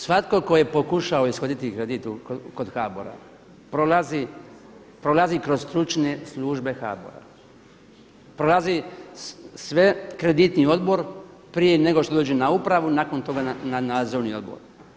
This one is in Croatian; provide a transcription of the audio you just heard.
Svatko tko je pokušao ishoditi kredit kod HBOR-a prolazi kroz Stručne službe HBOR-a, prolazi kreditni odbor prije nego što dođe na upravu, nakon toga na nadzorni odbor.